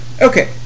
Okay